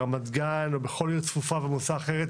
ברמת גן או בכל עיר צפופה ועמוסה אחרת,